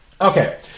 Okay